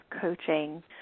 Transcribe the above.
coaching